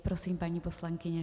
Prosím, paní poslankyně.